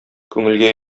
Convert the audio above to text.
күңелгә